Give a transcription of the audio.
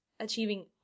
achieving